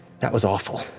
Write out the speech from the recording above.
that was awful.